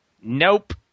Nope